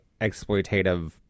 exploitative